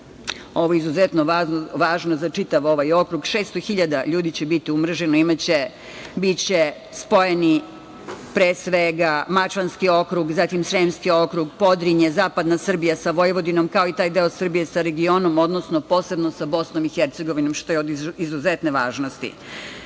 Ovo je izuzetno važno za čitav ovaj okrug. Dakle, 600 hiljada ljudi će biti umreženo. Biće spojeni pre svega Mačvanski okrug, zatim Sremski okrug, Podrinje, zapadna Srbija sa Vojvodinom, kao i taj deo Srbije sa regionom, odnosno posebno sa Bosnom i Hercegovinom, što je od izuzetne važnosti.U